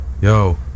Yo